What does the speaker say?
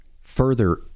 Further